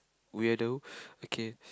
weirdo okay